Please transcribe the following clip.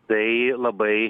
tai labai